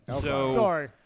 Sorry